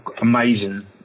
amazing